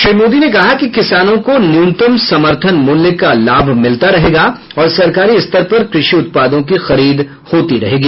श्री मोदी ने कहा कि किसानों को न्यूनतम समर्थन मूल्य का लाभ मिलता रहेगा और सरकारी स्तर पर कृषि उत्पादों की खरीद होती रहेगी